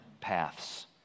paths